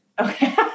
Okay